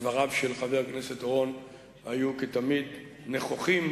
דבריו של חבר הכנסת אורון היו כתמיד נכוחים,